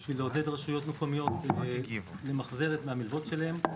בשביל לעודד רשויות מקומיות למחזר את ההלוואות שלהן.